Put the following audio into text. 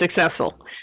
successful